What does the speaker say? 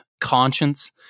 conscience